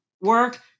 work